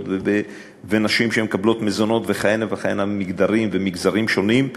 ונשים שמקבלות מזונות וכהנה וכהנה מגדרים ומגזרים שונים,